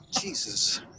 Jesus